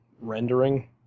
rendering